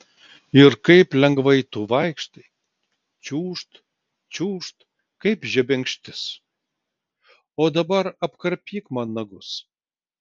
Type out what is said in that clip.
ir kaip lengvai tu vaikštai čiūžt čiūžt kaip žebenkštis o dabar apkarpyk man nagus